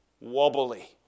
Wobbly